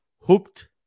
hooked